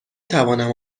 توانم